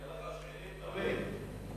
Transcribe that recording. יהיו לך שכנים טובים.